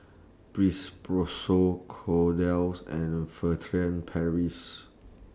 Kordel's and Furtere Paris